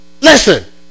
listen